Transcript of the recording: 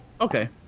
Okay